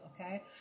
okay